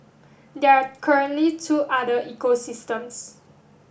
there are currently two other ecosystems